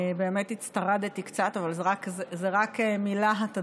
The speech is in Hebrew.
באמת הצטרדתי קצת, אבל זה רק מלהט הדברים.